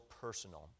personal